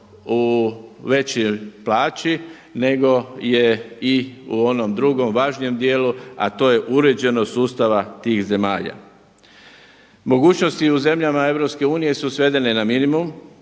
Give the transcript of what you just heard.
u većoj plaći nego je i u onom drugom, važnijem dijelu a to je uređenost sustava tih zemalja. Mogućnosti u zemljama EU su svedene na minimum